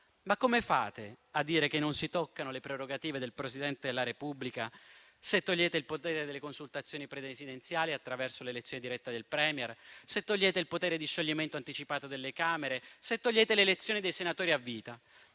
Come fate a dire che non si toccano le prerogative del Presidente della Repubblica, se abrogate il potere delle consultazioni presidenziali attraverso l'elezione diretta del *Premier*, se cancellate il potere di scioglimento anticipato delle Camere, se eliminate la nomina dei senatori a vita?